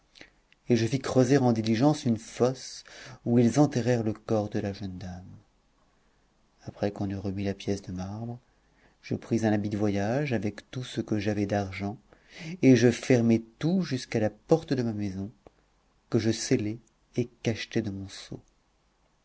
et fis creuser en diligence une fosse où ils enterrèrent le corps de la jeune dame après qu'on eut remis la pièce de marbre je pris un habit de voyage avec tout ce que j'avais d'argent et je fermai tout jusqu'à la porte de ma maison que je scellai et cachetai de mon sceau